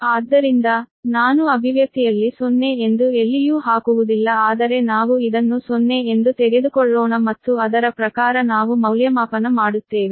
ಆದ್ದರಿಂದ ನಾನು ಅಭಿವ್ಯಕ್ತಿಯಲ್ಲಿ 0 ಎಂದು ಎಲ್ಲಿಯೂ ಹಾಕುವುದಿಲ್ಲ ಆದರೆ ನಾವು ಇದನ್ನು 0 ಎಂದು ತೆಗೆದುಕೊಳ್ಳೋಣ ಮತ್ತು ಅದರ ಪ್ರಕಾರ ನಾವು ಮೌಲ್ಯಮಾಪನ ಮಾಡುತ್ತೇವೆ